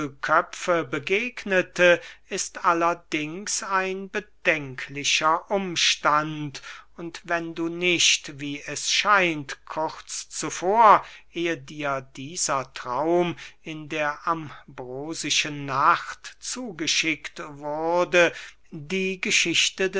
begegnete ist allerdings ein bedenklicher umstand und wenn du nicht wie es scheint kurz zuvor ehe dir dieser traum in der ambrosischen nacht zugeschickt wurde die geschichte